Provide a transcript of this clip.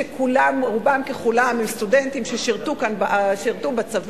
שרובם ככולם הם סטודנטים ששירתו בצבא,